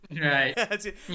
Right